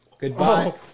Goodbye